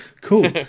cool